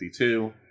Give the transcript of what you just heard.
52